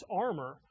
armor